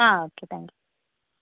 ആ okay thank you